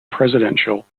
presidential